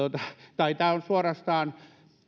tai on suorastaan